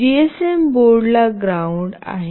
GSM board ला ground आहे